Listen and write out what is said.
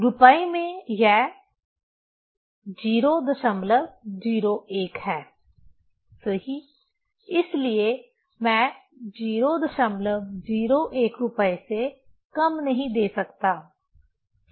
रुपये में यह 001 है सही इसलिए मैं 001 रुपये से कम नहीं दे सकता ठीक है